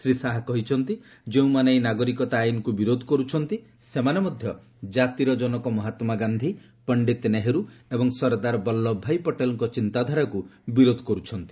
ଶ୍ରୀ ଶାହା କହିଛନ୍ତି ଯେଉଁମାନେ ଏହି ନାଗରିକତା ଆଇନ୍କ୍ ବିରୋଧ କର୍ରଛନ୍ତି ସେମାନେ ମଧ୍ୟ ଜାତିର ଜନକ ମହାତ୍ଲା ଗାନ୍ଧି ପଣ୍ଡିତ ନେହେର୍ ଏବଂ ସର୍ଦ୍ଦାର ବଲ୍ଲଭ ଭାଇ ପଟେଲଙ୍କ ଚିନ୍ତାଧାରାକୁ ବିରୋଧ କର୍ରଛନ୍ତି